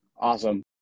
Awesome